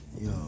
Yo